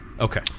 Okay